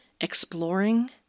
exploring